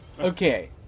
Okay